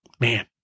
man